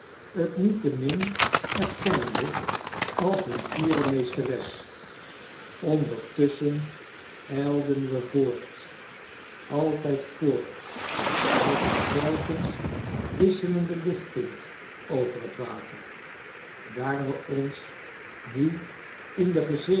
t niettemin erkennende als hun fiere meesteres x ondertusschen ijlden we voort altijd voort met een telkens wisselende lichttint over t water daar we ons nu in de